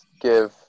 give